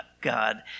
God